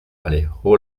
alejó